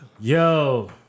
Yo